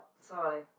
Sorry